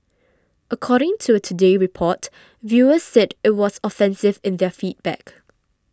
according to a Today Report viewers said it was offensive in their feedback